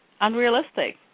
unrealistic